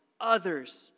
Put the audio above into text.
others